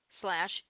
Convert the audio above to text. slash